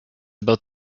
about